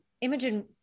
imogen